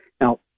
Now